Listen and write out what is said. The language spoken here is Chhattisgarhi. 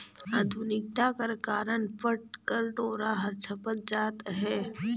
आधुनिकता कर कारन पट कर डोरा हर छपत जात अहे